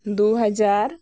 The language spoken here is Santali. ᱫᱩ ᱦᱟᱡᱟᱨ